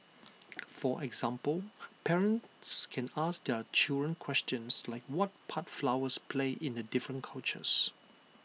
for example parents can ask their children questions like what part flowers play in the different cultures